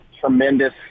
tremendous